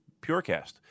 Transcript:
Purecast